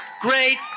great